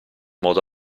modo